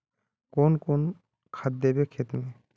कौन कौन खाद देवे खेत में?